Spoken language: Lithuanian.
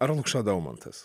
ar lukša daumantas